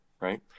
right